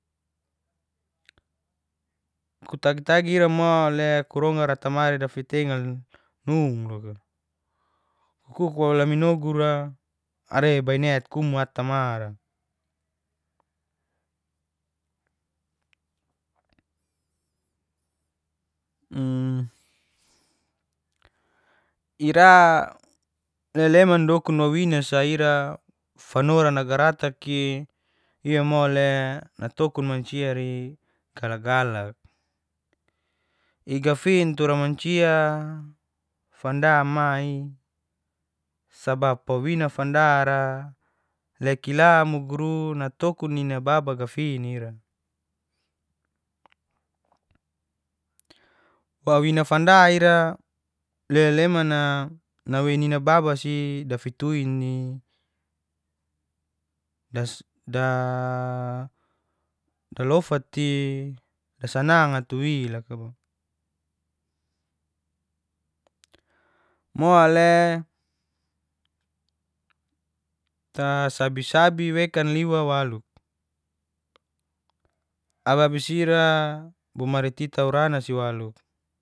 Kutagi-tagi ira mole kurongar atamari dafitengal nung loka. ku kuk wo laminogura are bai net ku ata mara. ira le leman dokun wawina sa ira fanora nagarataki ia mole natokun manciari gla-galak, igafin tura mancia fanda ma'i sabap wawina fanda le kila muguru natokun nina baba gafin ira. Wawina fanda ira le leman'na nawei nina baba si dafituin, da lofat'i dasanang'a tua'i laka mo. Mole tasabi-sabi wekan liwa walu ababis ira bomari kita urana si walu.